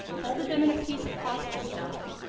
folded them in a piece of costly stuff.